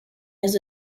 his